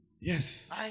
yes